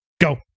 Go